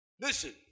Listen